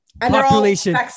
Population